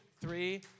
three